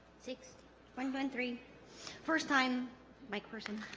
six one one three first time mic person